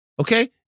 okay